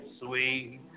sweet